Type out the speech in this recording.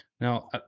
Now